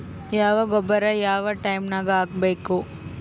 ಯಾವ ಗೊಬ್ಬರ ಯಾವ ಟೈಮ್ ನಾಗ ಹಾಕಬೇಕು?